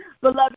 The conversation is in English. Beloved